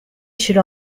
should